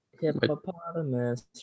Hippopotamus